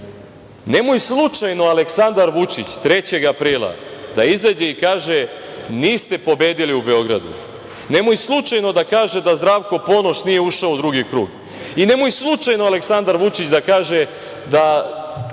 „Nemoj slučajno Aleksandar Vučić 3. aprila da izađe i kaže – niste pobedili u Beogradu, nemoj slučajno da kaže da Zdravko Ponoš nije ušao u drugi krug i nemoj slučajno Aleksandar Vučić da kaže da